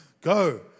go